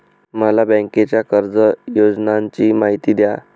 मला बँकेच्या कर्ज योजनांची माहिती द्या